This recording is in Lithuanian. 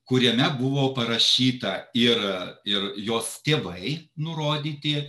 kuriame buvo parašyta ir ir jos tėvai nurodyti